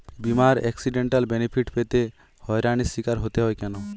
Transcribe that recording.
বিমার accidental benefit পেতে হয়রানির স্বীকার হতে হয় কেন?